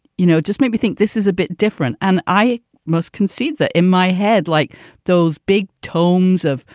you know, just maybe think this is a bit different. and i must concede that in my head, like those big tomes of,